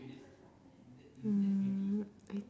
mm I